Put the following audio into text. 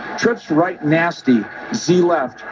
trips, right. nasty c left.